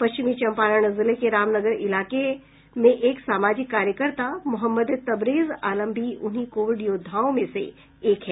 पश्चिमी चंपारण जिले के रामनगर इलाके में एक सामाजिक कार्यकर्ता मोहम्मद तबरेज आलम भी उन्हीं कोविड योद्वाओं में से एक हैं